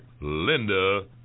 Linda